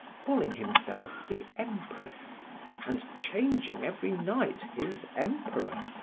calling himself the empress and changing, every night, his emperor,